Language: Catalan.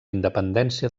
independència